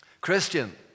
Christian